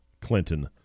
Clinton